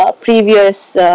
previous